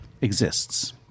exists